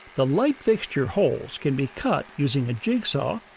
the light fixture holes can be cut using a jigsaw,